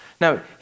Now